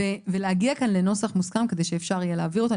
ולהגיע כאן לנוסח מוסכם כדי שאפשר יהיה להעביר אותו.